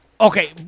Okay